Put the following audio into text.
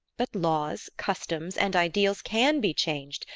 but laws, customs, and ideals can be changed,